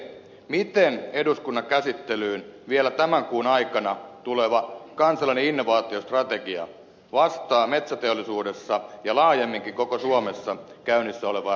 miten eduskunnan käsittelyyn vielä tämän kuun aikana tuleva kansallinen innovaatiostrategia vastaa metsäteollisuudessa ja laajemminkin koko suomessa käynnissä olevaan rakennemuutokseen